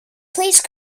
please